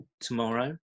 tomorrow